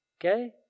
okay